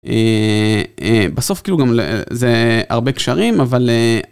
בסוף כאילו זה הרבה קשרים אבל.